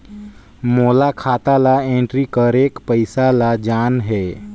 मोला खाता ला एंट्री करेके पइसा ला जान हे?